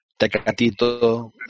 Tecatito